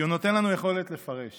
כי הוא נותן לנו יכולת לפרש.